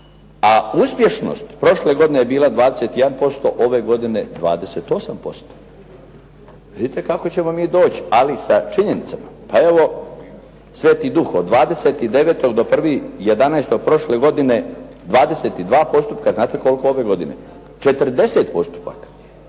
A uspješnost, prošle godine je bila 21%, ove godine 28%. Vidite kako ćemo mi doći ali sa činjenicama. Evo "sv. Duh" od 29. do 1. 11. prošle godine 22 postupka. Znate koliko ove godine? 40